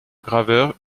graveur